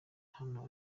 hano